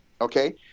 Okay